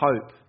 hope